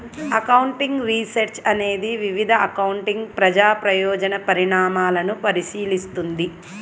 accounting research అనేది వివిధ accounting ప్రజా ప్రయోజన పరిణామాలను పరిశీలిస్తుంది